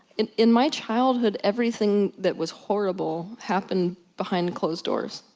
in in my childhood everything that was horrible happened behind closed doors.